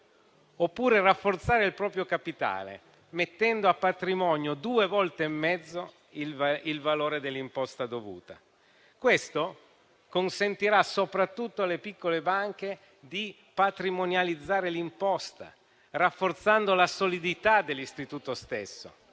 oppure rafforzare il proprio capitale, mettendo a patrimonio due volte e mezzo il valore dell'imposta dovuta. Questo consentirà soprattutto alle piccole banche di patrimonializzare l'imposta, rafforzando la solidità dell'istituto stesso,